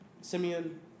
Simeon